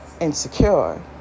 insecure